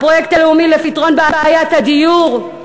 הפרויקט הלאומי לפתרון בעיית הדיור,